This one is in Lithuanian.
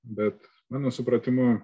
bet mano supratimu